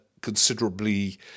considerably